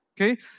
Okay